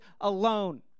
alone